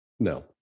No